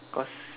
cause